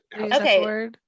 Okay